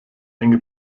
enge